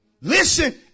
Listen